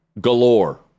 galore